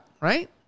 right